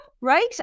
right